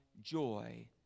joy